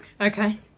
Okay